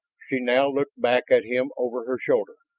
she now looked back at him over her shoulder,